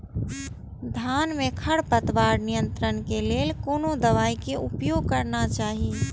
धान में खरपतवार नियंत्रण के लेल कोनो दवाई के उपयोग करना चाही?